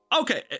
okay